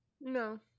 no